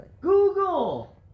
Google